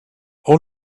all